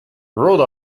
rhode